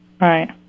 right